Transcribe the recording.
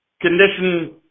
condition